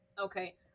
Okay